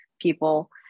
people